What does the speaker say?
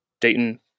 dayton